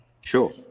Sure